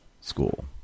school